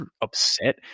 upset